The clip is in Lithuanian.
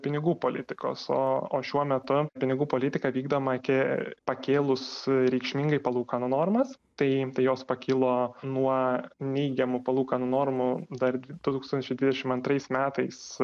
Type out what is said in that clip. pinigų politikos o o šiuo metu pinigų politika vykdoma kė pakėlus reikšmingai palūkanų normas tai tai jos pakilo nuo neigiamų palūkanų normų dar du tūkstančiai dvidešim antrais metais